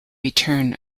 return